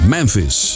Memphis